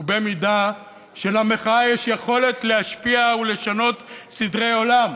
במידה שלמחאה יש יכולת להשפיע ולשנות סדרי עולם.